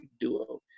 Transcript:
duo